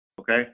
okay